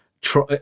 Try